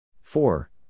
four